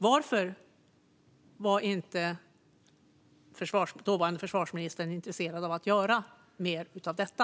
Varför var inte dåvarande försvarsministern intresserad av att göra mer av detta?